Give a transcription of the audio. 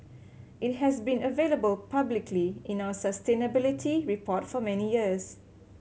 it has been available publicly in our sustainability report for many years